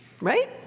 Right